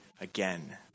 again